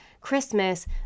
Christmas